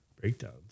breakdowns